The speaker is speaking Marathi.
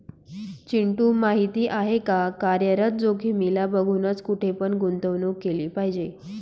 चिंटू माहिती आहे का? कार्यरत जोखीमीला बघूनच, कुठे पण गुंतवणूक केली पाहिजे